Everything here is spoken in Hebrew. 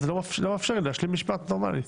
זה לא מאפשר לי להשלים משפט נורמלי.